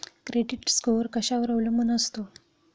Credit score कशावर अवलंबून असतो?